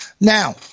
Now